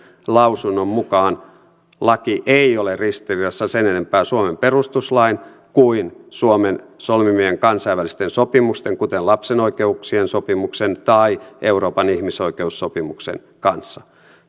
lausunnon mukaan laki ei ole ristiriidassa sen enempää suomen perustuslain kuin suomen solmimien kansainvälisten sopimusten kuten lapsen oikeuksien sopimuksen tai euroopan ihmisoikeussopimuksen kanssa